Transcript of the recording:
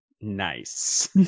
Nice